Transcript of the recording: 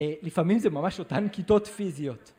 לפעמים זה ממש אותן כיתות פיזיות.